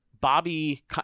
Bobby